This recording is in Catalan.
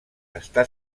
està